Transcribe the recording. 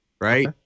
right